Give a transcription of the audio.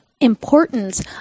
importance